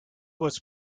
was